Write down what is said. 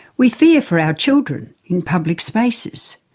we fear for our children in public spaces.